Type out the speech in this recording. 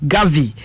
Gavi